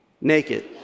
naked